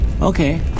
Okay